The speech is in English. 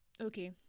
Okay